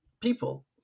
people